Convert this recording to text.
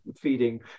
feeding